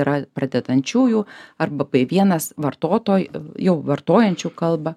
yra pradedančiųjų arba vienas vartotoj jau vartojančių kalbą